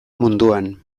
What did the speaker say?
munduan